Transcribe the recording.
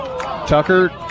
Tucker